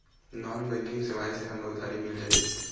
Non banking सेवाएं से हमला उधारी मिल जाहि?